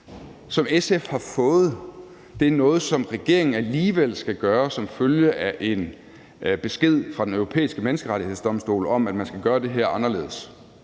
som SF har fået, er noget, som regeringen alligevel skal gøre som følge af en besked fra Den Europæiske Menneskerettighedsdomstol om, at man skal gøre det her anderledes.